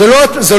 זה לא המצב.